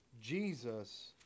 Jesus